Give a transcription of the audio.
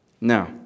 Now